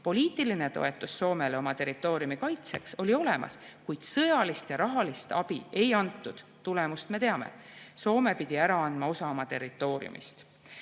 Poliitiline toetus Soomele oma territooriumi kaitsmiseks oli olemas, kuid sõjalist ja rahalist abi ei antud. Tulemust me teame – Soome pidi ära andma osa oma territooriumist.